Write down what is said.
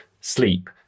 Sleep